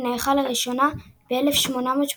שנערכה לראשונה ב-1884.